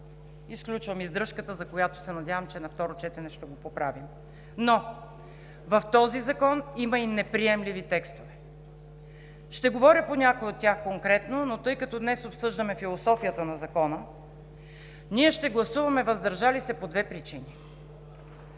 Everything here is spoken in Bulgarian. Изключвам издръжката, която се надявам, че на второ четене ще поправим. Но в този закон има и неприемливи текстове. Ще говоря конкретно по някои от тях, но тъй като днес обсъждаме философията на Закона, ние ще гласуваме „въздържал се“ по две причини.